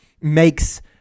makes